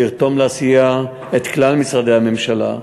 לרתום לעשייה את כלל משרדי הממשלה.